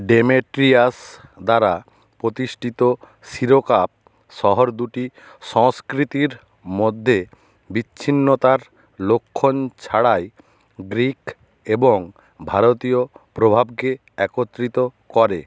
Demetrius দ্বারা প্রতিষ্ঠিত সিরকাপ শহর দুটি সংস্কৃতির মধ্যে বিচ্ছিন্নতার লক্ষণ ছাড়াই গ্রীক এবং ভারতীয় প্রভাবকে একত্রিত করে